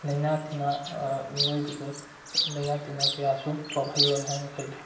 ꯂꯩꯅꯥ ꯇꯤꯟꯅꯥ ꯃꯤꯑꯣꯏꯕꯗ ꯂꯩꯅꯥ ꯇꯤꯟꯅꯥ ꯀꯌꯥꯁꯨ ꯄꯣꯛꯍꯜꯂꯣꯏ ꯍꯥꯏꯅ ꯈꯜꯂꯤ